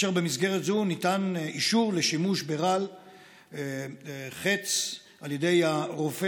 ובמסגרת זו ניתן אישור לשימוש בחץ רעל על ידי הרופא